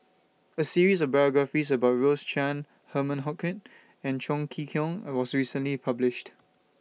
A series of biographies about Rose Chan Herman Hochstadt and Chong Kee Hiong was recently published